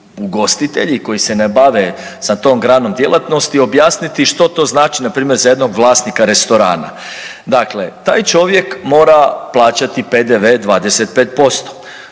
ugostitelji i koji se ne bave sa tom granom djelatnosti objasniti što to znači npr. za jednog vlasnika restorana. Dakle, taj čovjek mora plaćati PDV-e 25%.